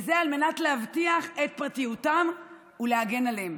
וזאת על מנת להבטיח את פרטיותם ולהגן עליהם.